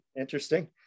Interesting